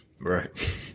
Right